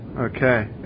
Okay